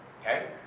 Okay